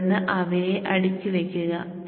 തുടർന്ന് അവയെ അടുക്കി വയ്ക്കുക